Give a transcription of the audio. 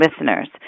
listeners